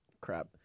crap